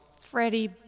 Freddie